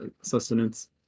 sustenance